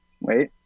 wait